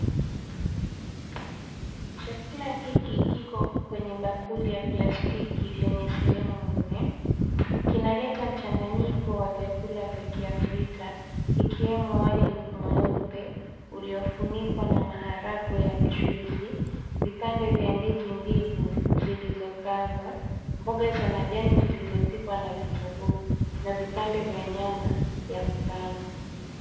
Chakula hiki kiko kwenye bakuli ya plastiki lenye sehemu nne. Kinaleta mchanganyiko wa vyakula vya kiafrika kikiwemo wali mweupe uliofunikwa na maharagwe ya mchuzi, vipande vya ndizi mbivu zilizokaangwa, mboga za majani zilizopikwa na vitunguu na vipande vya nyama ya kukaanga.